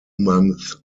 months